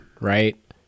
right